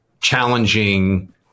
challenging